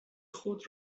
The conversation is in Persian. خود